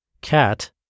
cat